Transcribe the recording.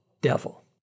devil